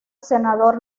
senador